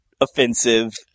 offensive